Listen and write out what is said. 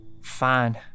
fine